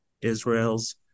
Israel's